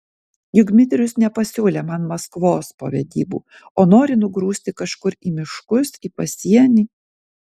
juk dmitrijus nepasiūlė man maskvos po vedybų o nori nugrūsti kažkur į miškus į pasienį